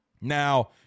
Now